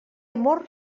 amor